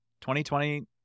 2020